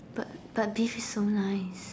but but beef is so nice